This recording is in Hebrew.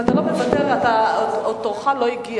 אם אתה לא מוותר, תורך עוד לא הגיע.